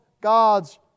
gods